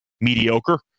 mediocre